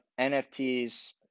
NFTs